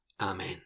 Amen